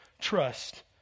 trust